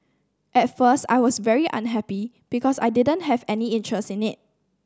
at first I was very unhappy because I didn't have any interest in it